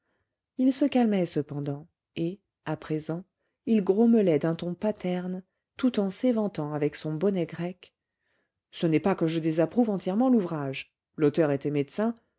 il se calmait cependant et à présent il grommelait d'un ton paterne tout en s'éventant avec son bonnet grec ce n'est pas que je désapprouve entièrement l'ouvrage l'auteur était médecin